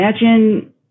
imagine